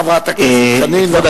חברת הכנסת חנין זועבי,